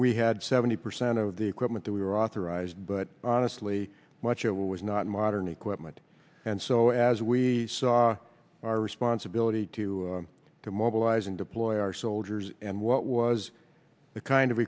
we had seventy percent of the equipment that we were authorized but honestly much of it was not modern equipment and so as we saw our responsibility to mobilize and deploy our soldiers and what was the kind of